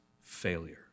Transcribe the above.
failure